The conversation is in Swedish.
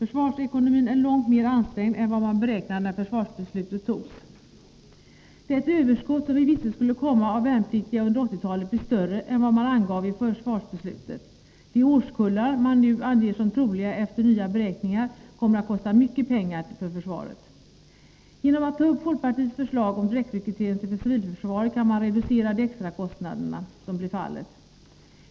Försvarsekonomin är långt mer ansträngd än vad man beräknade när försvarsbeslutet fattades. Det överskott av värnpliktiga som vi visste skulle komma under 1980-talet blir större än vad man angav i försvarsbeslutet. De årskullar man nu efter nya beräkningar anger som troliga kommer att kosta mycket pengar för försvaret. Genom att ta upp folkpartiets förslag om direktrekrytering till civilförsvaret kan man reducera de extrakostnader som blir fallet.